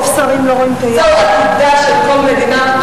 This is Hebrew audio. זהו עתידה של כל מדינה,